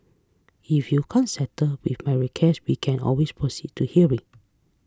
if you can't settle with my request we can always proceed to hearing